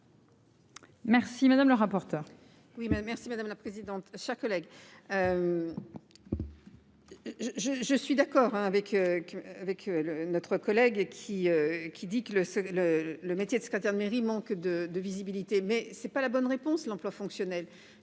Merci madame la présidente,